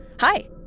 Hi